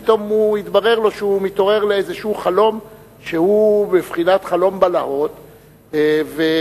פתאום התברר לו שהוא מתעורר לאיזה חלום שהוא בבחינת חלום בלהות ואשליה.